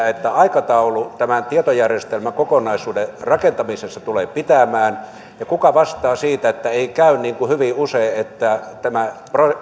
että aikataulu tämän tietojärjestelmäkokonaisuuden rakentamisessa tulee pitämään ja kuka vastaa siitä että ei käy niin kuin hyvin usein että